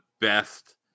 best